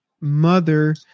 mother